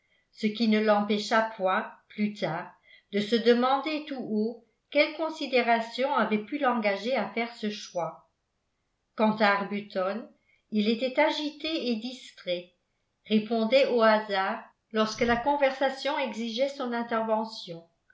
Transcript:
ce qui ne l'empêcha point plus tard de se demander tout haut quelle considération avait pu l'engager à faire ce choix quant à arbuton il était agité et distrait répondait au hasard lorsque la conversation exigeait son intervention